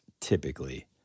typically